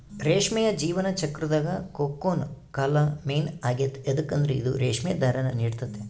ರೇಷ್ಮೆಯ ಜೀವನ ಚಕ್ರುದಾಗ ಕೋಕೂನ್ ಕಾಲ ಮೇನ್ ಆಗೆತೆ ಯದುಕಂದ್ರ ಇದು ರೇಷ್ಮೆ ದಾರಾನ ನೀಡ್ತತೆ